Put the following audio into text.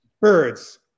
Birds